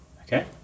Okay